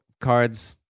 cards